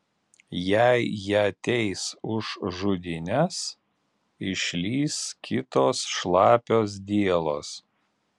jei ją teis už žudynes išlįs kitos šlapios dielos